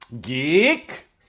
Geek